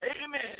Amen